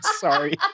sorry